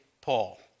Paul